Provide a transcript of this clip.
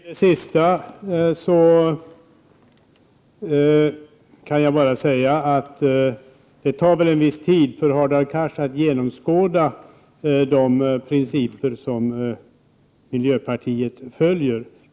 Herr talman! När det gäller det sista vill jag bara säga att det väl tar en viss tid för Hadar Cars att genomskåda de principer som miljöpartiet följer.